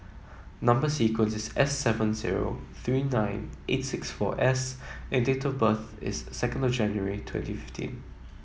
number sequence is S seven zero three nine eight six four S and date of birth is second January twenty fifteen